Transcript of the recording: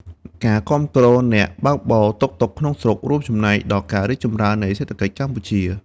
ការគាំទ្រអ្នកបើកបរតុកតុកក្នុងស្រុក រួមចំណែកដល់ការរីកចម្រើននៃសេដ្ឋកិច្ចកម្ពុជា។